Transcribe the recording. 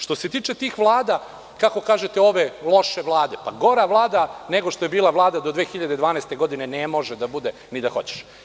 Što se tiče tih vlada, kako kažete ove loše vlade, gora Vlada nego što je bila Vlada do 2012. godine ne može da bude ni da hoćeš.